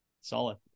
Solid